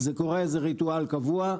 זה ריטואל קבוע,